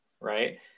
right